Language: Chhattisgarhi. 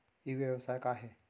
ई व्यवसाय का हे?